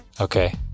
Okay